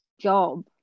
job